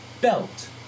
belt